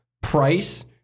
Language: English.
Price